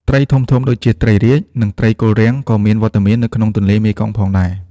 ត្រីធំៗដូចជាត្រីរាជ និងត្រីគល់រាំងក៏មានវត្តមាននៅក្នុងទន្លេមេគង្គផងដែរ។